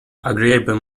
agreeable